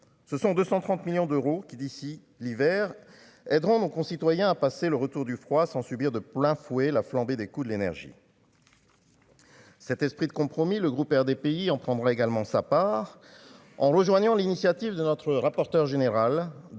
ce sont 230 millions d'euros, qui d'ici l'hiver aideront nos concitoyens, a passé le retour du froid sans subir de plein fouet la flambée des coûts de l'énergie. Cet esprit de compromis, le groupe pays en prendra également sa part en rejoignant l'initiative de notre rapporteur général de